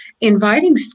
inviting